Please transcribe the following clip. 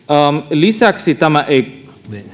lisäksi tämä ei